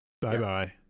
Bye-bye